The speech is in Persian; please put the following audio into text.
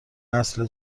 نسل